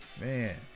man